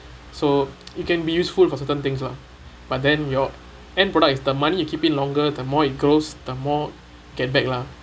so it can be useful for certain things lah but then your end product is the money you keep in longer the more it grows the more get back lah